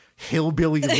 hillbilly